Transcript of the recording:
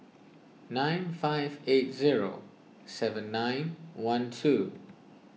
nine five eight zero seven nine one two